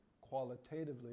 qualitatively